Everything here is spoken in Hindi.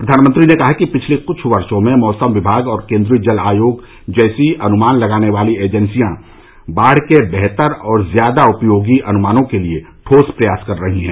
प्रधानमंत्री ने कहा कि पिछले कुछ वर्षों में मौसम विभाग और केन्द्रीय जल आयोग जैसी अनुमान लगाने वाली एजेंसियां बाढ़ के बेहतर और ज्यादा उपयोगी अनुमानों के लिए ठोस प्रयास कर रही हैं